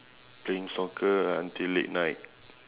playing soccer until late night